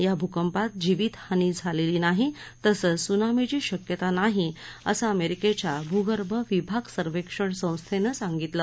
या भूकंपात जीवितहानी झालरी नाही तसंच त्सुनामीची शक्यता नाही असं अमरिक्रिया भूगर्भ विज्ञान सर्वेक्षण संस्थातीसांगितलं